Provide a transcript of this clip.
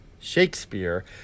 Shakespeare